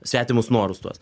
svetimus norus tuos